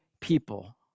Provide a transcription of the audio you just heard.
people